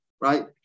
Right